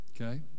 Okay